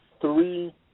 three